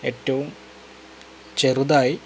ഏറ്റവും ചെറുതായി